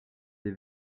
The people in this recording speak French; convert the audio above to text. des